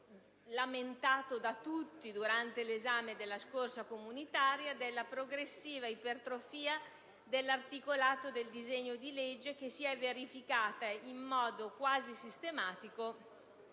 lamentato da tutti durante l'esame della scorsa legge comunitaria, della progressiva ipertrofia dell'articolato del disegno di legge, che si è verificata in modo quasi sistematico